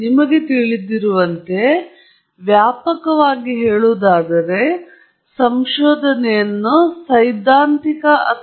ನಿಮಗೆ ತಿಳಿದಿರುವಂತೆ ವ್ಯಾಪಕವಾಗಿ ಹೇಳುವುದಾದರೆ ಸಂಶೋಧನೆ ಸೈದ್ಧಾಂತಿಕ ಅಥವಾ ಪ್ರಾಯೋಗಿಕವಾಗಿರಬಹುದು